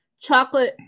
chocolate